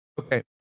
Okay